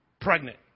pregnant